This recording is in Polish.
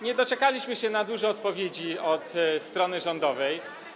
Nie doczekaliśmy się wielu odpowiedzi od strony rządowej.